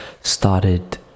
started